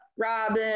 Robin